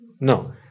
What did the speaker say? No